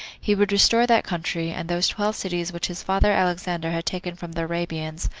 he would restore that country, and those twelve cities which his father alexander had taken from the arabians,